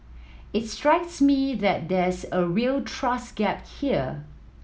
it strikes me that there's a real trust gap here